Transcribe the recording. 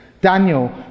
Daniel